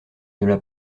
l’a